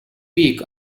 week